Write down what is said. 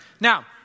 Now